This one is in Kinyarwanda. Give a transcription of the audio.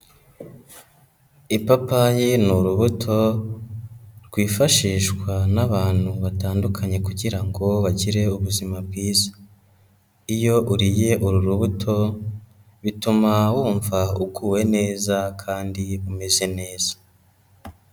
Ipapayi ni urubuto rwifashishwa n'abantu batandukanye kugira ngo bagire ubuzima bwiza, iyo uriye uru rubuto bituma wumva uguwe neza kandi umeze neza.